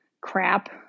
crap